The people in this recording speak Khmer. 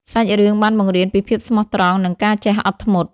សាច់រឿងបានបង្រៀនពីភាពស្មោះត្រង់ និងការចេះអត់ធ្មត់។